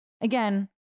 Again